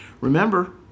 Remember